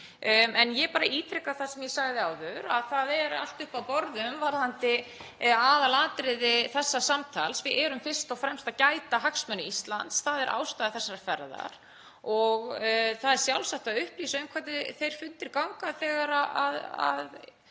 En ég bara ítreka það sem ég sagði áður að það er allt uppi á borðum varðandi aðalatriði þessa samtals. Við erum fyrst og fremst að gæta hagsmuna Íslands. Það er ástæða þessarar ferðar og það er sjálfsagt að upplýsa um hvernig þeir fundir ganga þegar